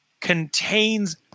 contains